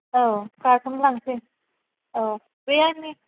औ कारखौनो लांसै औ बे आंनि